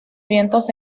vientos